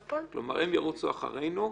כלומר, הם ירוצו אחרינו.